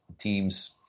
teams